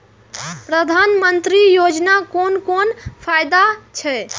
प्रधानमंत्री योजना कोन कोन फायदा छै?